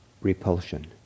repulsion